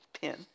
pin